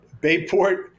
Bayport –